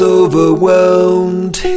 overwhelmed